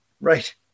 Right